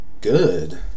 good